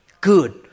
good